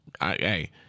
Hey